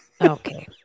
Okay